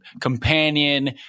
companion